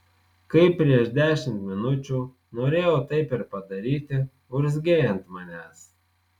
kai prieš dešimt minučių norėjau taip ir padaryti urzgei ant manęs